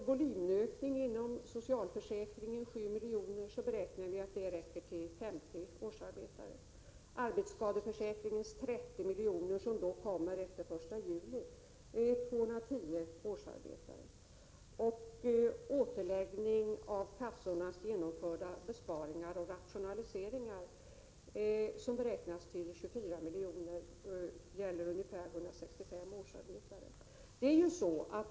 Volymökningen inom socialförsäkringen på 7 milj.kr. räknar vi med räcker till 50 årsarbetare. Arbetsskadeförsäkringens 30 milj.kr., som kommer efter den 1 juli, innebär 210 årsarbetare. En återläggning av kassornas genomförda besparingar och rationaliseringar, som beräknas till 24 milj.kr., ger ungefär 165 årsarbetare.